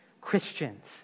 Christians